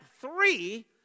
three